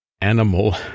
animal